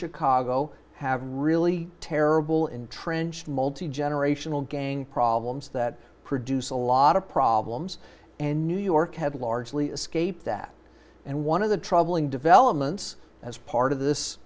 chicago have really terrible entrenched multi generational gang problems that produce a lot of problems and new york have largely escaped that and one of the troubling developments as part of this